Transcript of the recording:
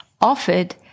offered